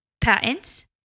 patents